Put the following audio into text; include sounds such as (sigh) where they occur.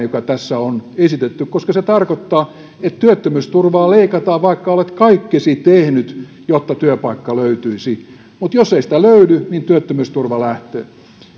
(unintelligible) joka tässä on esitetty on erittäin epäoikeudenmukainen koska se tarkoittaa että työttömyysturvaa leikataan vaikka olet kaikkesi tehnyt jotta työpaikka löytyisi jos ei sitä löydy niin työttömyysturva lähtee